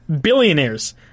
billionaires